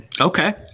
Okay